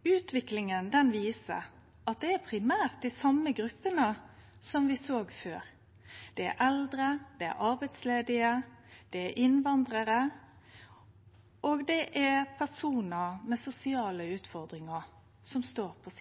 Utviklinga viser at det er primært dei same gruppene som vi såg før – det er eldre, det er arbeidsledige, det er innvandrarar, og det er personar med sosiale utfordringar – som står på